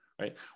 right